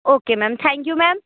okay ma'am thank you ma'am